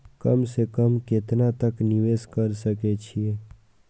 कम से कम केतना तक निवेश कर सके छी ए?